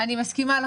אני מסכימה לחלוטין.